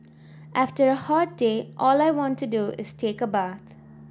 after a hot day all I want to do is take a bath